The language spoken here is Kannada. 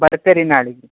ಬರ್ತೆ ರಿ ನಾಳೆಗೆ